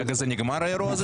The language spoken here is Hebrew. רגע, זה נגמר האירוע הזה,